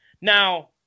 Now